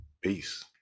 peace